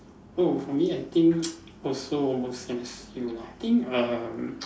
oh for me I think also almost same as you lah I think err